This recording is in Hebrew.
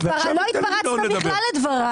לא התפרצת בכלל לדבריי.